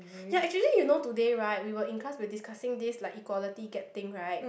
ya actually you know today right we were in class we discussing this like equality gap thing right